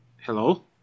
Hello